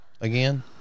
again